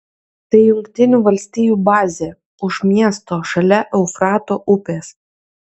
tai jungtinių valstijų bazė už miesto šalia eufrato upės